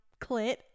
clit